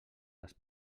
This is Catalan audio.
les